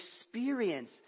experience